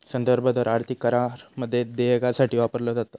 संदर्भ दर आर्थिक करारामध्ये देयकासाठी वापरलो जाता